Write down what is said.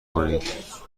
کنید